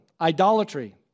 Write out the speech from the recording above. idolatry